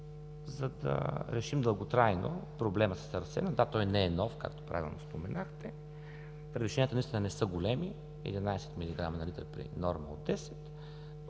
за да решим дълготрайно проблема с арсена. Да, той не е нов, както правилно споменахте. Превишенията наистина не са големи – 11 милиграма на литър при норма от 10.